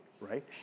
right